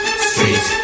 Street